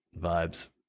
Vibes